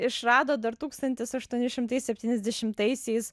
išrado dar tūkstantis aštuoni šimtai septyniasdešimtaisiais